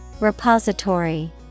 Repository